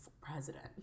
president